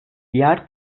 diğer